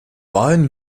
wahlen